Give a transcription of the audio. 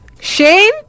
Shane